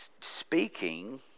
speaking